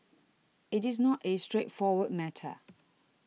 it is not a straightforward matter